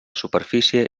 superfície